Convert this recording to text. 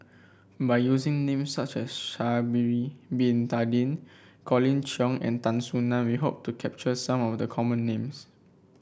by using names such as Sha'ari Bin Tadin Colin Cheong and Tan Soo Nan we hope to capture some of the common names